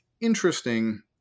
interesting